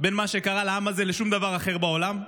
בין מה שקרה לעם הזה לשום דבר אחר בעולם.